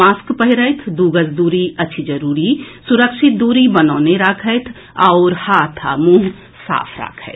mask पहिरथि दू गज दूरी अछि जरूरी सुरक्षित दूरी बनौने राखथि आओर हाथ आ मुंह साफ राखथि